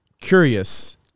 curious